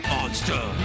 Monster